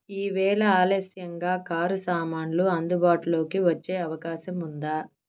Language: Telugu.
ఈవేళ ఆలస్యంగా కారు సామాన్లు అందుబాటులోకి వచ్చే అవకాశం ఉందా